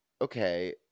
okay